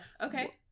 Okay